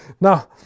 Now